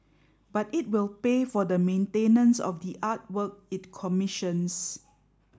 but it will pay for the maintenance of the artwork it commissions